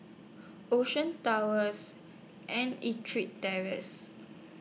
Ocean Towers and Ettrick Terrace